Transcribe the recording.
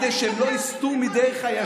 נשמור על השופטים כדי שהם לא יסטו מדרך הישר,